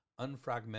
unfragmented